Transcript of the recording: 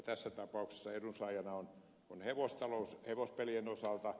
tässä tapauksessa edunsaajana on hevostalous hevospelien osalta